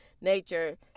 nature